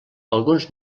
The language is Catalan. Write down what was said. alguns